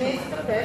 אני אסתפק.